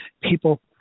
People